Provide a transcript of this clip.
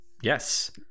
Yes